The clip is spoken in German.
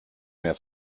mehr